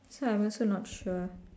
so I am also not sure